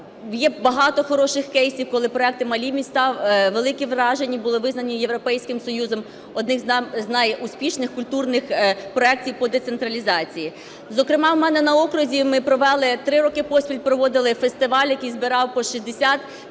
є багато хороших кейсів. Коли проекти "Малі міста – великі враження" були визнані Європейським Союзом одним з найуспішних культурних проектів по децентралізації. Зокрема у мене на окрузі ми провели, 3 роки поспіль проводили фестиваль, який збирав по 60 тисяч